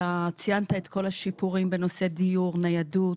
ציינת את כל השיפורים בנושא דיור, ניידות,